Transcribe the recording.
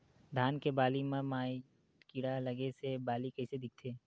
धान के बालि म माईट कीड़ा लगे से बालि कइसे दिखथे?